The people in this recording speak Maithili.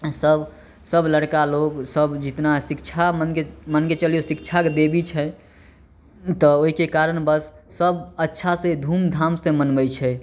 सब सब लड़का लोग सब जितना शिक्षा मानके मानके चलियौ शिक्षाके देवी छै तऽ ओहिके कारण बस सब अच्छा से धूमधाम सँ मनबै छै